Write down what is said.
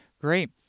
great